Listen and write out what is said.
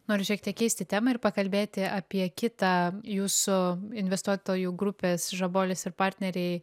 noriu šiek tiek keisti temą ir pakalbėti apie kitą jūsų investuotojų grupės žabolis ir partneriai